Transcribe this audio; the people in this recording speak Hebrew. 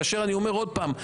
אני אומר עוד פעם,